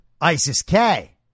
ISIS-K